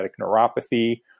neuropathy